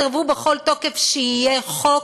סירבו בכל תוקף שיהיה חוק.